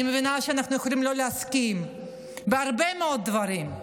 אני מבינה שאנחנו יכולים לא להסכים בהרבה מאוד דברים,